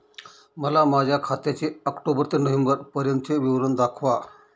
मला माझ्या खात्याचे ऑक्टोबर ते नोव्हेंबर पर्यंतचे विवरण दाखवा